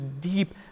deep